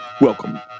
Welcome